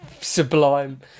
sublime